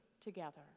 together